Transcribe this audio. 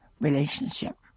relationship